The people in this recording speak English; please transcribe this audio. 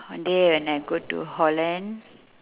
one day when I go to holland